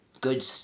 good